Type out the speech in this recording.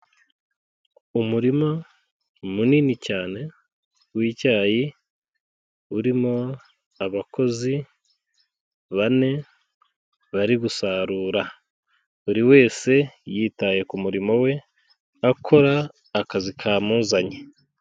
Umurima munini cyane w'icyayi urimo abakozi bane bari gusarura, buri wese yitaye murimo we akora kukazi kamuzanye.